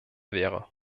wäre